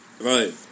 Right